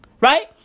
Right